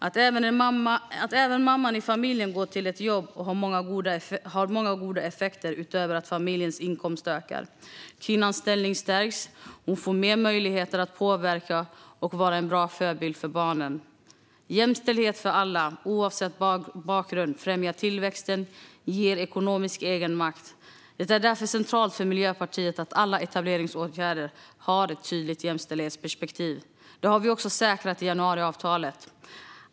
Att även mamman i familjen går till ett jobb har många goda effekter utöver att familjens inkomst ökar. Kvinnans ställning stärks, och hon får fler möjligheter att påverka och vara en bra förebild för barnen. Jämställdhet för alla, oavsett bakgrund, främjar tillväxten och ger ekonomisk egenmakt. Det är därför centralt för Miljöpartiet att alla etableringsåtgärder har ett tydligt jämställdhetsperspektiv. Det har vi också säkrat i januariavtalet.